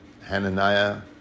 Hananiah